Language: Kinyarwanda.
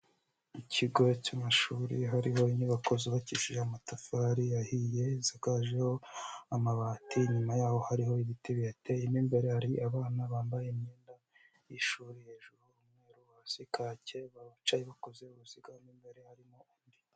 Mu kigo cy'amashuri hariho inyubako zubabakishije amatafari ahiye, zisakajeho amabati inyuma yaho hariho ibiti bihateye, mo imbere hari abana bambaye imyenda y'ishuri hejuru umweru hasi kacye, bicaye bakoze uruziga mo imbere harimo undi.